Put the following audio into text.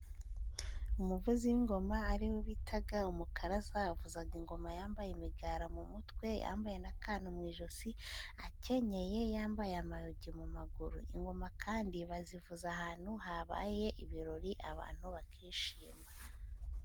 Umuvuzi w'ingoma ari we bitaga umukaraza avuzaga ingoma yambaye imigara mu mutwe, yambaye n'akantu mu ijosi ,akenyeye yambaye amayogi mu maguru, ingoma kandi bazivuza ahantu habaye ibirori abantu bakishima.